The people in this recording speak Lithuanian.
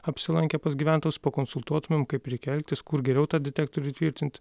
apsilankę pas gyventojus pakonsultuotumėm kaip reikia elgtis kur geriau tą detektorių tvirtint